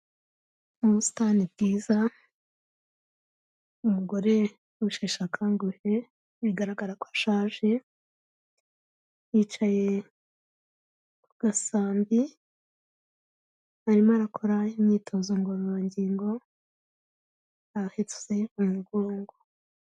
Ubusitani bwiza, umugore usheshakanguhe, bigaragara ko ashaje yicaye ku gasambi arimo arakora imyitozo ngororangingo ahese umugongo.